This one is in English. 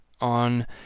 on